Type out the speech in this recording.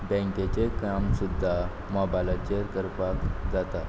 बँकेचें काम सुद्दां मोबायलाचेर करपाक जाता